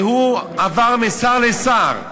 והוא עבר משר לשר.